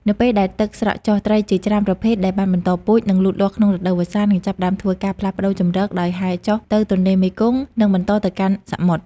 នៅពេលដែលទឹកស្រកចុះ ត្រីជាច្រើនប្រភេទដែលបានបន្តពូជ និងលូតលាស់ក្នុងរដូវវស្សា នឹងចាប់ផ្តើមធ្វើការផ្លាស់ប្តូរជម្រកដោយហែលចុះទៅទន្លេមេគង្គ និងបន្តទៅកាន់សមុទ្រ។